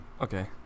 Okay